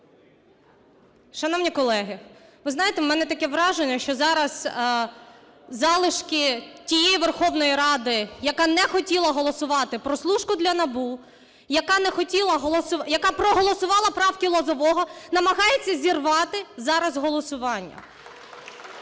Шановні колеги, ви знаєте, в мене таке враження, що зараз залишки тієї Верховної Ради, яка не хотіла голосувати прослушку для НАБУ, яка не хотіла... яка проголосувала правки Лозового, намагається зірвати зараз голосування.